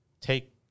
take